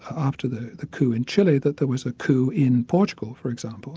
after the the coup in chile, that there was a coup in portugal for example